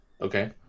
Okay